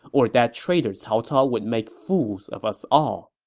or that traitor cao cao would make fools of us all.